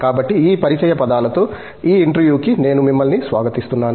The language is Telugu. కాబట్టి ఈ పరిచయ పదాలతో ఈ ఇంటర్వ్యూకి నేను మిమ్మల్ని స్వాగతిస్తున్నాను